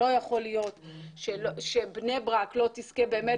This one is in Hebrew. לא יכול להיות שבני ברק לא תזכה באמת